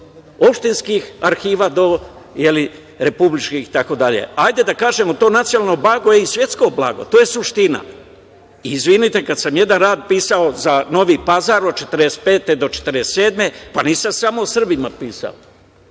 od opštinskih arhiva do republičkih itd. Ajde da kažemo to nacionalno blago je i svetsko blago. To je suština. Kada sam jedan rad pisao za Novi Pazar od 1945. do 1947. nisam samo o Srbima pisao,